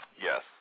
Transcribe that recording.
Yes